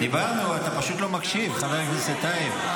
דיברנו, אתה פשוט לא מקשיב, חבר הכנסת טייב.